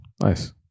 Nice